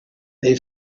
they